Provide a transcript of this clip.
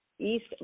East